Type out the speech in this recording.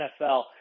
NFL